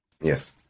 Yes